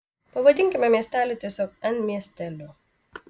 pavadinkime miestelį tiesiog n miesteliu